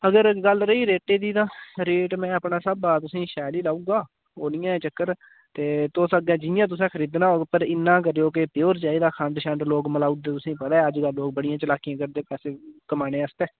अगर गल्ल रेही रेटै दी तां रेट में अपना स्हाबा तुसें ई शैल ई लाई ओड़गा ओह् निं ऐ चक्कर ते तुस अग्गें जि'यां तुसें खरीदना होग पर इन्ना करेओ कि प्योर चाहिदा खंड शंड लोक मलाई ओड़दे तुसें ई पता ऐ अजकल लोक बड़ियां चलाकियां करदे पैसे कमाने आस्तै